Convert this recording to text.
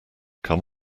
come